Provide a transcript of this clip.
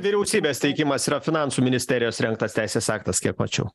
vyriausybės teikimas yra finansų ministerijos rengtas teisės aktas kiek mačiau